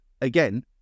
again